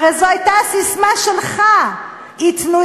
הרי זו הייתה הססמה שלך: ייתנו,